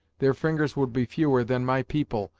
their fingers would be fewer than my people,